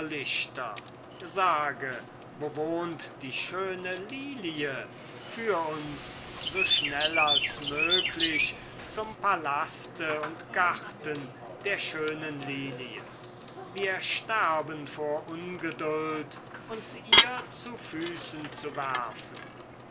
irrlichter sage wo wohnt die schöne lilie führ uns so schnell als möglich zum palaste und garten der schönen lilie wir sterben vor ungeduld uns ihr zu füßen zu werfen